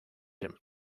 him